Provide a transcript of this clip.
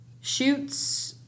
shoots